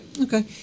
Okay